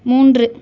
மூன்று